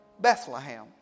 Bethlehem